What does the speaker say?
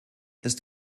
ist